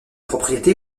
propriété